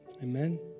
Amen